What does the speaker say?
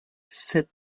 sept